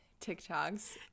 TikToks